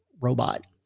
robot